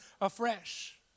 afresh